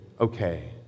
okay